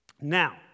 Now